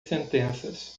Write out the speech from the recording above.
sentenças